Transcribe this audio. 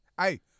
Hey